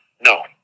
no